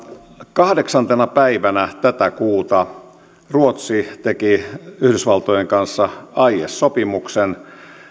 kahdeksantena päivänä tätä kuuta ruotsi teki yhdysvaltojen kanssa aiesopimuksen